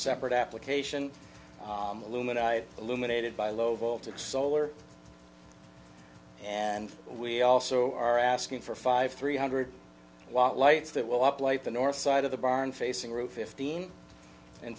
separate application alumina i illuminated by low voltage solar and we also are asking for five three hundred watt lights that will up light the north side of the barn facing roof fifteen in